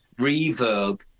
reverb